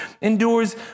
endures